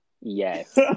Yes